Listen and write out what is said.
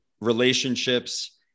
relationships